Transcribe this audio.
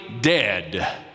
dead